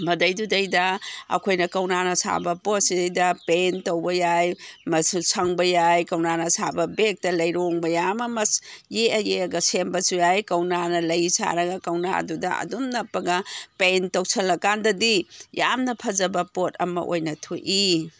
ꯃꯗꯩꯗꯨꯗꯩꯗ ꯑꯩꯈꯣꯏꯅ ꯀꯧꯅꯥꯅ ꯁꯥꯕ ꯄꯣꯠꯁꯤꯗꯩꯗ ꯄꯦꯟ ꯇꯧꯕ ꯌꯥꯏ ꯃꯆꯨ ꯁꯪꯕ ꯌꯥꯏ ꯀꯧꯅꯥꯅ ꯁꯥꯕ ꯕꯦꯒꯇ ꯂꯩꯔꯣꯡ ꯃꯌꯥꯝ ꯑꯃ ꯌꯦꯛꯑ ꯌꯦꯛꯑꯒ ꯁꯦꯝꯕꯁꯨ ꯌꯥꯏ ꯀꯧꯅꯥꯅ ꯂꯩ ꯁꯥꯔꯒ ꯀꯧꯅꯥꯗꯨꯗ ꯑꯗꯨꯝ ꯅꯞꯄꯒ ꯄꯦꯟ ꯇꯧꯁꯜꯂ ꯀꯥꯟꯗꯗꯤ ꯌꯥꯝꯅ ꯐꯖꯕ ꯄꯣꯠ ꯑꯃ ꯑꯣꯏꯅ ꯊꯣꯛꯏ